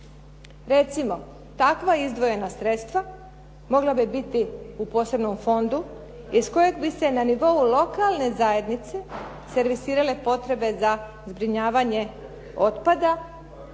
Recimo, takva izdvojena sredstva mogla bi biti u posebnom fondu iz kojeg bi se na nivou lokalne zajednice servisirale potrebe za zbrinjavanje otpada